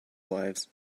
lives